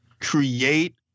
create